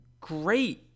great